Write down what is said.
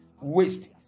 waste